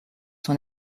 son